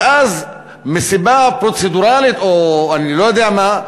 ואז, מסיבה פרוצדורלית או אני לא יודע מה,